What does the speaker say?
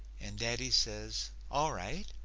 and daddy says all right,